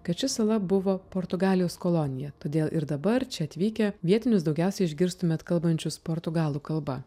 kad ši sala buvo portugalijos kolonija todėl ir dabar čia atvykę vietinius daugiausiai išgirstumėt kalbančius portugalų kalba